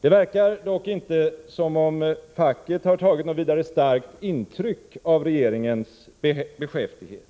Det verkar dock inte som om facket har tagit särskilt starkt intryck av regeringens beskäftighet.